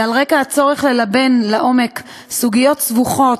ועל רקע הצורך ללבן לעומק סוגיות סבוכות